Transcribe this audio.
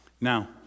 Now